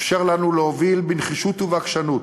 אפשר לנו להוביל בנחישות ובעקשנות